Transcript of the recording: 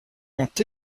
ont